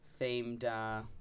themed